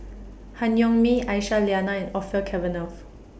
Han Yong May Aisyah Lyana and Orfeur Cavenagh